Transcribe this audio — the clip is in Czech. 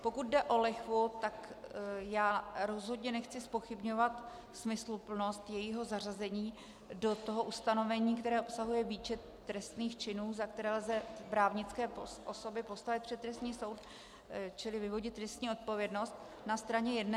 Pokud jde o lichvu, tak já rozhodně nechci zpochybňovat smysluplnost jejího zařazení do toho ustanovení, které obsahuje výčet trestných činů, za které lze právnické osoby postavit před trestní soud, čili vyvodit trestní odpovědnost na straně jedné.